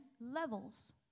levels